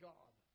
God